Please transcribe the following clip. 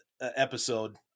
episode